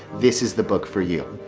this is the book for you.